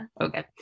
Okay